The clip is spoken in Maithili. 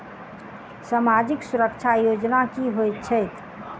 सामाजिक सुरक्षा योजना की होइत छैक?